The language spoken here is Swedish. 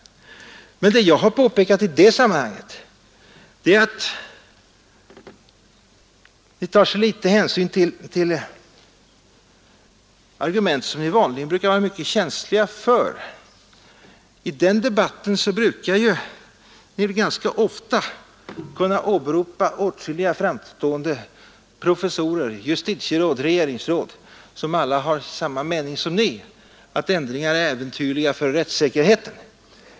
Men det jag har påpekat i det sammanhanget är att ni tar så liten hänsyn till argument som ni vanligen är mycket känsliga för. I den sortens debatt brukar ni ju ganska ofta kunna åberopa åtskilliga framstående professorer, justitieråd och regeringsråd, som alla har samma mening som ni: att ändringarna är äventyrliga för rättssäkerheten.